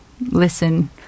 listen